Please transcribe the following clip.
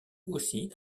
aussi